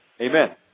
Amen